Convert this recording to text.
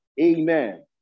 Amen